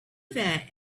that